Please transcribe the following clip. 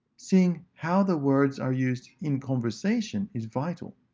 seeing how the words are used in conversation is vital.